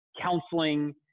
counseling